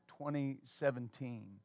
2017